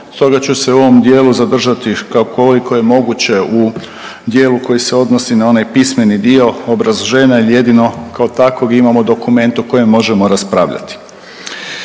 Stoga ću se u ovom dijelu zadržati koliko je moguće u dijelu koji se odnosi na onaj pismeni dio obrazloženja i jedino kao takvog imamo dokument o kojem možemo raspravljati.